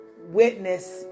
witness